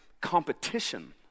competition